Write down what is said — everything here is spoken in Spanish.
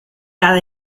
cada